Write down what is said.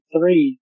three